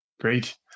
Great